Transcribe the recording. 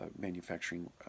manufacturing